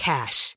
Cash